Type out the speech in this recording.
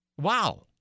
Wow